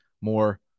more